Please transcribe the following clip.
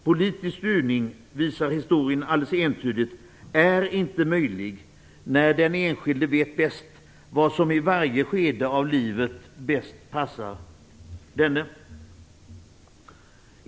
Politisk styrning - det visar historien alldeles entydigt - är inte möjlig när den enskilde bäst vet vad som i varje skede i livet passar denne.